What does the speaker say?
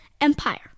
Empire